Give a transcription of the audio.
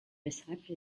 recipe